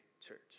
church